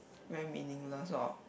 very meaningless lor